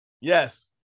Yes